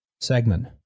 segment